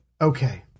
Okay